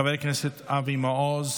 חבר הכנסת אבי מעוז,